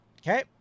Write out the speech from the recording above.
Okay